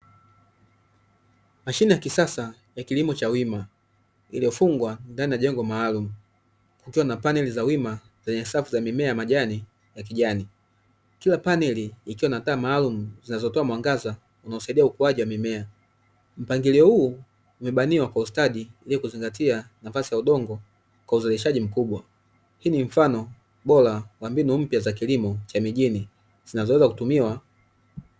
Mashine ya kisasa ya kilimo cha wima iliyofungwa ndani ya jengo maalumu kukiwa na paneli za wima zenye safu za mimea ya majani ya kijani. Kila paneli ikiwa na taa maalumu zinazotoa mwangaza unaosaidia ukuaji wa mimea, mpangilio huu umebaniwa kwa ustadi ili kuzingatia nafasi ya udongo kwa uzalishaji mkubwa. Hii ni mfano bora wa mbinu mpya za kilimo cha mijini zinazoweza kutumiwa.